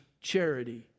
charity